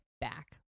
back